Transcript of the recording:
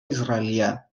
israelià